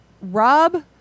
Rob